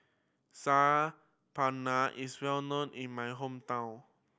Saag Paneer is well known in my hometown